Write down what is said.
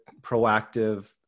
proactive